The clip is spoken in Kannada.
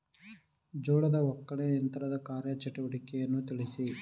ಜೋಳದ ಒಕ್ಕಣೆ ಯಂತ್ರದ ಕಾರ್ಯ ಚಟುವಟಿಕೆಯನ್ನು ತಿಳಿಸಿ?